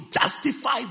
justify